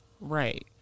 right